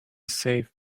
safe